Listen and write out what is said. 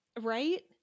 Right